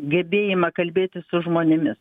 gebėjimą kalbėtis su žmonėmis